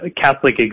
Catholic